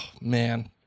man